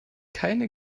keine